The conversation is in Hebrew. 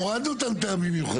הורדנו טעמים מיוחדים.